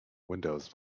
windows